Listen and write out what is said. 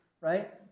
right